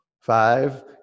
Five